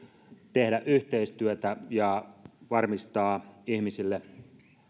tehdä yhteistyötä ja varmistaa ihmisille